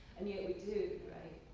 and yet we do, right.